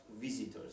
visitors